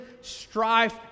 strife